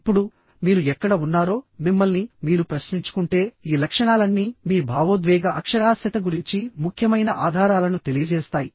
ఇప్పుడు మీరు ఎక్కడ ఉన్నారో మిమ్మల్ని మీరు ప్రశ్నించుకుంటే ఈ లక్షణాలన్నీ మీ భావోద్వేగ అక్షరాస్యత గురించి ముఖ్యమైన ఆధారాలను తెలియజేస్తాయి